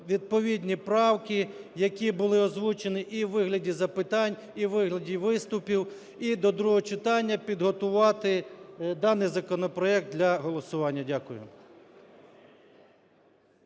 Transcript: відповідні правки, які були озвучені і в вигляді запитань, і в вигляді виступів, і до другого читання підготувати даний законопроект для голосування. Дякую.